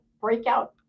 breakout